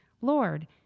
Lord